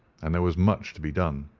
and there was much to be done.